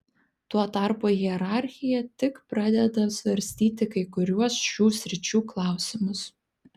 tuo tarpu hierarchija tik pradeda svarstyti kai kuriuos šių sričių klausimus